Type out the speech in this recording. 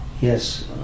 Yes